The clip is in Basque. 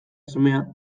semea